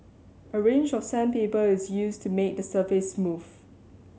a range of sandpaper is used to make the surface smooth